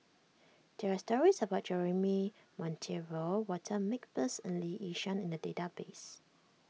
there are stories about Jeremy Monteiro Walter Makepeace and Lee Yi Shyan in the database